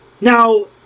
Now